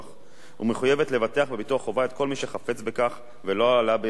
ומחויבת לבטח בביטוח חובה את כל מי שחפץ בכך ולא עלה בידו להשיג